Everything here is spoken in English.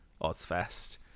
Ozfest